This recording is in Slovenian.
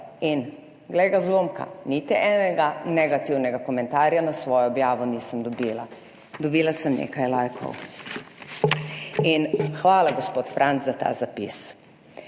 in glej ga, zlomka, niti enega negativnega komentarja na svojo objavo nisem dobila. Dobila sem nekaj laikov. In, hvala, gospod Franc za ta zapis.